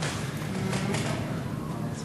(אומר ברוסית: